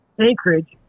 Anchorage